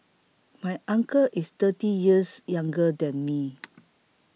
my uncle is thirty years younger than me